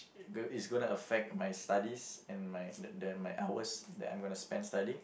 g~ is gonna affect my studies and my the the my hours that I am gonna spend studying